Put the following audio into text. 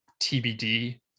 TBD